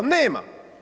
Nema.